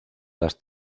las